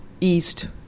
east